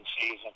season